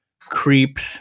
creeps